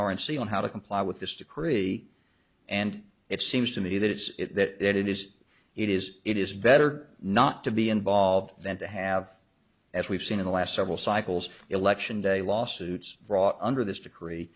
aren't seeing on how to comply with this decree and it seems to me that it's it that it is it is it is better not to be involved than to have as we've seen in the last several cycles election day lawsuits brought under this decree